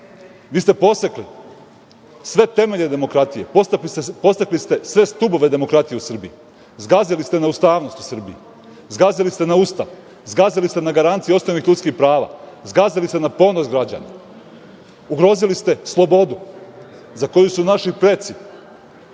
vi ste posekli sve temelje demokratije, posekli ste sve stubove demokratije u Srbiji, zgazili ste na ustavnost u Srbiji, zgazili ste na Ustav, zgazili ste na garancije osnovnih ljudskih prava, zgazili ste na ponos građana, ugrozili ste slobodu za koju su naši preci